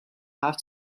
have